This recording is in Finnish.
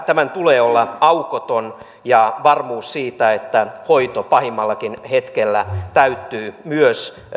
tämän tulee olla aukoton ja tulee olla varmuus siitä että hoito pahimmallakin hetkellä täyttyy myös